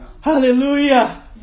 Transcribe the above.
Hallelujah